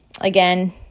Again